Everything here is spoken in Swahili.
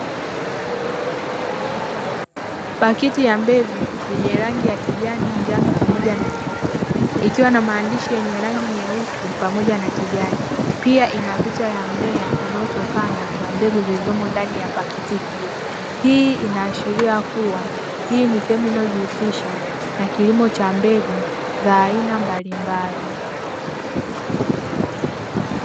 Pakiti ya mbegu yenye rangi ya kijani, njano pamoja na nyeupe; ikiwa na maandishi yenye rangi nyeusi pamoja na kijani. Pia ina picha ya mmea unaotokana na mbegu zilizomo ndani ya pakiti hiyo. Hii inaashiria kuwa hii ni sehemu inayojihusisha na kilimo cha mbegu za aina mbalimbali.